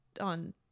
on